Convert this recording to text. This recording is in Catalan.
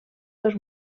dos